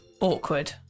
awkward